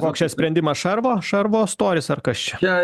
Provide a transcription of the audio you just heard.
koks čia sprendimas šarvo šarvo storis ar kas čia